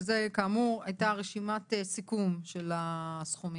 וזה, כאמור, הייתה רשימת סיכום של הסכומים.